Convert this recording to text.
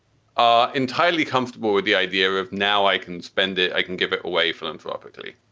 are entirely comfortable with the idea of now i can spend it. i can give it away philanthropically.